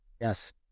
Yes